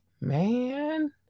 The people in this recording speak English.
man